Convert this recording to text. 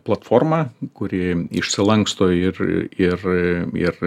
platforma kuri išsilanksto ir ir ir